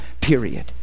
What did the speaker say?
Period